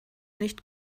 nicht